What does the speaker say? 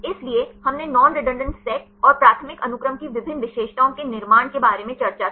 इसलिए हमने non redundant सेटों और प्राथमिक अनुक्रम की विभिन्न विशेषताओं के निर्माण के बारे में चर्चा की